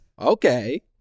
okay